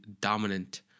dominant